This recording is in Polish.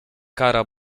kara